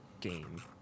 game